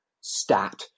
stat